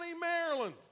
Maryland